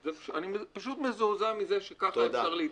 אני פשוט מזועזע מזה שככה אפשר להתנהל.